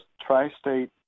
tri-state